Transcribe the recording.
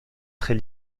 très